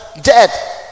dead